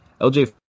LJ